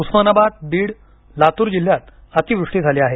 उस्मानाबादबीड लातूर जिल्ह्यात अतिवृष्टी झाली आहे